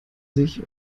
sich